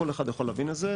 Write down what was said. כל אחד יכול להבין את זה,